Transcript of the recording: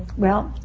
well,